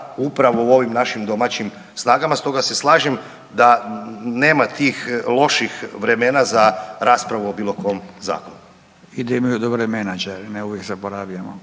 upravo u ovim našim domaćim snagama. Stoga se slažem da nema tih loših vremena za raspravu o bilo kom zakonu. **Radin, Furio (Nezavisni)** …/Govornik